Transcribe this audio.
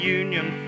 union